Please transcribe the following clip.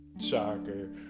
Shocker